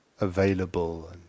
available